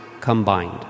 combined